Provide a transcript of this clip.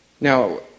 Now